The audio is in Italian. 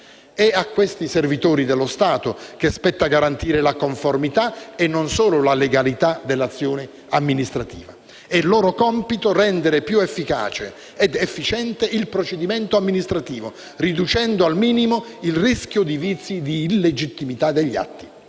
È a questi servitori dello Stato che spetta garantire la conformità, e non solo la legalità, dell'azione amministrativa ed è loro compito rendere più efficace ed efficiente il procedimento amministrativo, riducendo al minimo il rischio di vizi di illegittimità degli atti.